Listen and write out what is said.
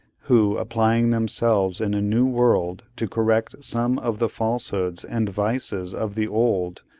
who, applying themselves in a new world to correct some of the falsehoods and vices of the old,